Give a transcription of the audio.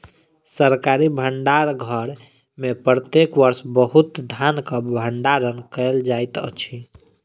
सरकारी भण्डार घर में प्रत्येक वर्ष बहुत धानक भण्डारण कयल जाइत अछि